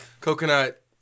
coconut